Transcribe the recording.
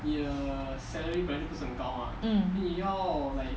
mm